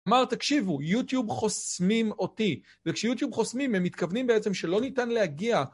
כלומר, תקשיבו, יוטיוב חוסמים אותי. וכשיוטיוב חוסמים, הם מתכוונים בעצם שלא ניתן להגיע...